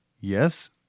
Yes